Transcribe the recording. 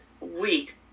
week